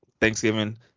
Thanksgiving